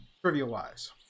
trivia-wise